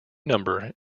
number